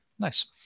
Nice